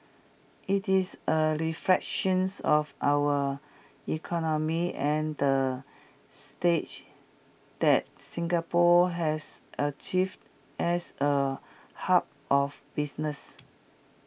IT is A reflections of our economy and the stage that Singapore has achieved as A hub of business